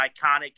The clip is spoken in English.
iconic